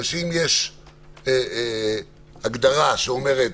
כי אם יש הגדרה שאומרת: